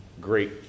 great